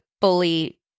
fully